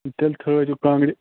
تیٚلہِ تھٲوۍ زیٚو کانٛگٕرِ